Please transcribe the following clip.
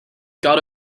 got